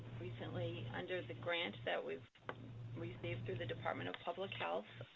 recently, under the grant that we've received through the department of public health,